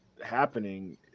Happening